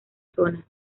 zona